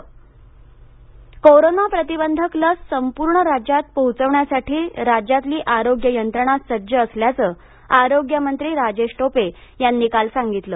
Tope Jalna corona प्रतिबंधात्मक लस संपूर्ण राज्यात पोचवण्यासाठी राज्यातली आरोग्य यंत्रणा सज्ज असल्याचं आरोग्यमंत्री राजेश टोपे यांनी काल सांगितलं